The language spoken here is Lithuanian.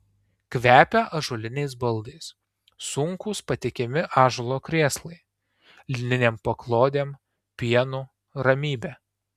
kvepia ąžuoliniais baldais sunkūs patikimi ąžuolo krėslai lininėm paklodėm pienu ramybe